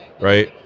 right